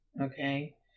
okay